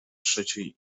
trzeciej